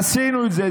עשינו את זה.